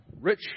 Rich